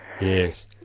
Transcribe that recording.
Yes